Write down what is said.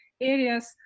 areas